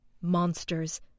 Monsters